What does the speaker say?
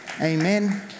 Amen